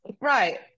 Right